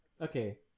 Okay